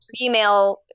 email